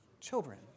Children